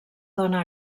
dóna